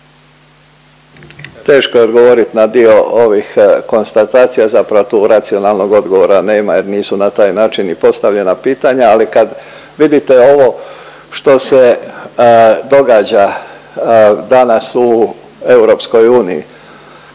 teško je odgovorit na dio ovih konstatacija, zapravo tu racionalnog odgovora nema jer nisu na taj način ni postavljena pitanja, ali kad vidite ovo što se događa danas u EU,